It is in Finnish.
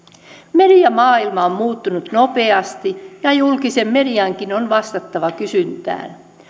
mediamaailma on muuttunut nopeasti ja julkisen mediankin on vastattava kysyntään